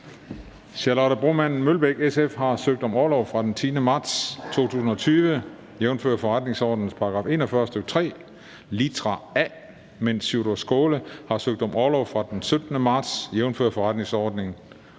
Charlotte Broman Mølbæk (SF) har søgt om orlov fra den 10. marts 2020, jf. forretningsordenens § 41, stk. 3, litra a, medens Sjúrður Skaale (JF) har søgt om orlov fra den 17. marts 2020, jf. forretningsordenens